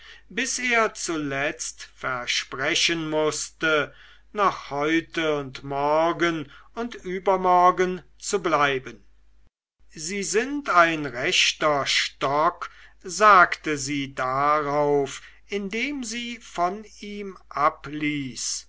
bis er zuletzt versprechen mußte noch heute und morgen und übermorgen zu bleiben sie sind ein rechter stock sagte sie darauf indem sie von ihm abließ